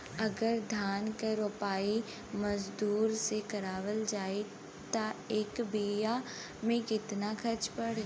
अगर धान क रोपाई मजदूर से करावल जाई त एक बिघा में कितना खर्च पड़ी?